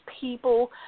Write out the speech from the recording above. people